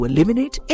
Eliminate